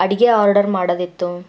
ಅಡುಗೆ ಆರ್ಡರ್ ಮಾಡೋದಿತ್ತು